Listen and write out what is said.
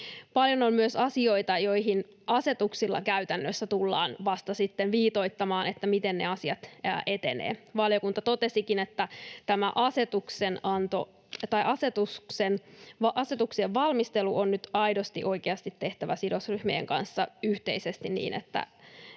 Paljon on myös asioita, joita asetuksilla käytännössä tullaan vasta sitten viitoittamaan, miten ne asiat etenevät. Valiokunta totesikin, että tämä asetuksien valmistelu on nyt aidosti ja oikeasti tehtävä sidosryhmien kanssa yhteisesti, niin että